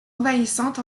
envahissante